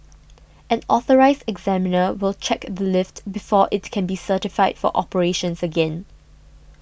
an Authorised Examiner will check the lift before it can be certified for operations again